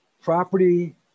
property